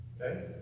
okay